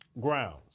grounds